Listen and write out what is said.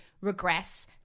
regress